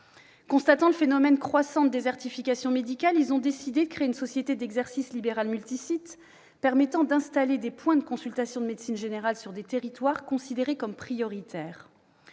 Constatant le phénomène croissant de désertification médicale, les deux praticiens ont décidé de créer une société d'exercice libéral multisite, permettant d'installer des points de consultation de médecine générale sur des territoires considérés comme prioritaires.